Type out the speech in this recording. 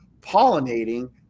pollinating